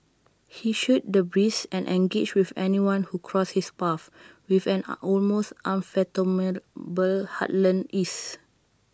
he shot the breeze and engaged with anyone who crossed his path with an A almost unfathomable heartland ease